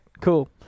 Cool